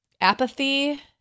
apathy